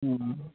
ہاں